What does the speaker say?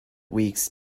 weeks